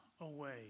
away